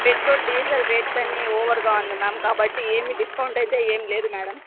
petrol diesel rates అన్నీ ఓవర్గా ఉంది మ్యామ్ కాబట్టి ఏమీ డిస్కౌంట్ అయితే ఏం లేదు మేడం